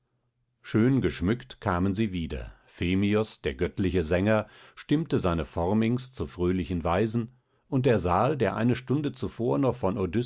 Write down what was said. schön geschmückt kamen sie wieder phemios der göttliche sänger stimmte seine phorminx zu fröhlichen weisen und der saal der eine stunde zuvor noch von